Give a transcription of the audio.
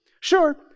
Sure